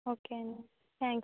okay అండి thanks